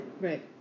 Right